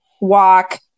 walk